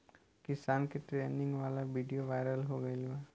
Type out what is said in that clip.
किसान के ट्रेनिंग वाला विडीओ वायरल हो गईल बा